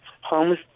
homes